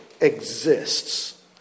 exists